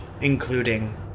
including